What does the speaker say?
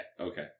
Okay